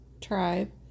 tribe